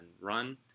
run